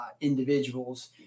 individuals